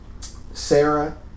Sarah